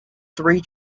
three